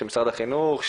של משרד החינוך,